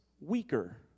weaker